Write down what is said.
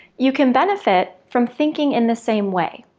you can benefit from thinking in the same way.